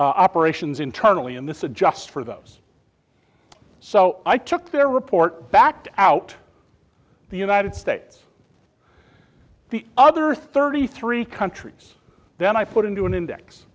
operations internally and this is just for those so i took their report back to out the united states the other thirty three countries then i put into an index